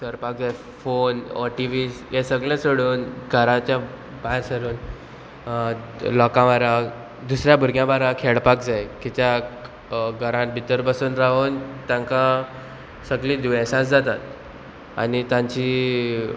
करपाक जाय फोन ओ टी व्ही हें सगळें सोडून घराच्या भायर सरून लोकां वाराक दुसऱ्या भुरग्यां बाराक खेळपाक जाय कित्याक घरान भितर बसून रावून तांकां सगळीं दुयेंसां जातात आनी तांची